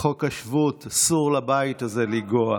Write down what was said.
בחוק השבות אסור לבית הזה לנגוע.